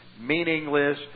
meaningless